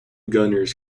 gunners